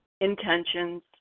intentions